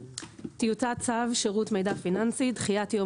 טיוטת צו שירות מידע פיננסי (דחיית יום